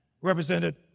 represented